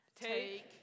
Take